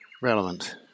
relevant